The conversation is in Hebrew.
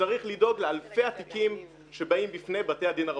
צריך לדאוג לאלפי התיקים שבאים בפני בתי הדין הרבניים.